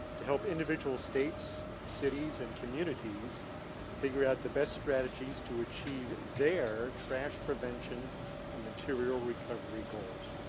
to help individual states, cities and communities figure out the best strategies to achieve their trash prevention and material recovery goals.